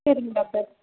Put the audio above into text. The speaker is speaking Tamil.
சரிங் டாக்டர்